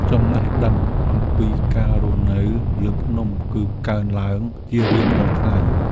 ចំណេះដឹងអំពីការរស់នៅលើភ្នំ គឺកើនឡើងជារៀងរាល់ថ្ងៃ។